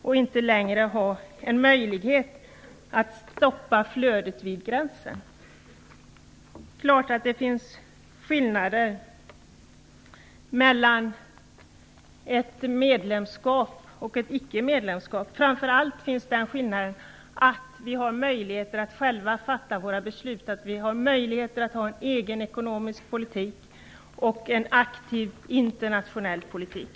Vi får inte längre någon möjlighet att stoppa flödet vid gränsen. Det är klart att det finns skillnader mellan ett medlemskap och ett icke-medlemskap, framför allt när det gäller våra möjligheter att fatta våra egna beslut, att ha en egen ekonomisk politik och att ha en aktiv internationell politik.